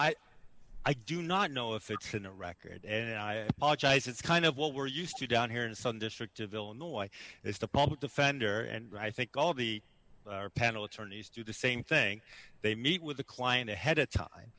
i i do not know if it's in a record and i apologize it's kind of what we're used to down here in southern district of illinois it's the public defender and i think all the panel attorneys do the same thing they meet with the client ahead